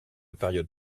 période